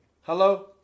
Hello